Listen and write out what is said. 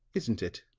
isn't it?